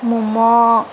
momo